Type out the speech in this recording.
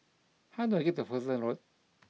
how do I get to Fullerton Road